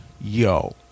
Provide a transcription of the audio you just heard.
Yo